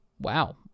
Wow